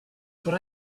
but